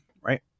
right